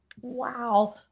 Wow